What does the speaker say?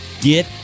get